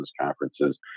conferences